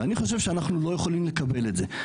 ואני חושב שאנחנו לא יכולים לקבל את זה.